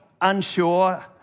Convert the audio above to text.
unsure